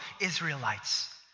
Israelites